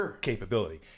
capability